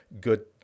good